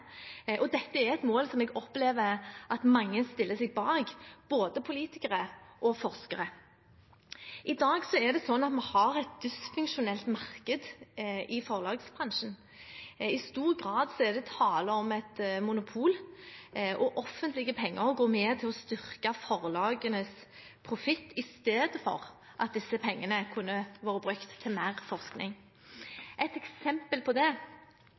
Dette er et mål som jeg opplever at mange stiller seg bak, både politikere og forskere. I dag er det slik at vi har et dysfunksjonelt marked i forlagsbransjen. I stor grad er det tale om et monopol, og offentlige penger går med til å styrke forlagenes profitt i stedet for at disse pengene kunne vært brukt til mer forskning. Et eksempel på det